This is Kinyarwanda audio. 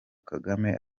kagame